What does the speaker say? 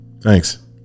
Thanks